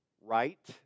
right